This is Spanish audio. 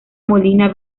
molina